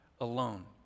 alone